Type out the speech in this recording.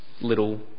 little